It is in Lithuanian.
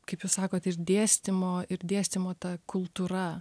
kaip jūs sakot iš dėstymo ir dėstymo ta kultūra